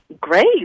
Great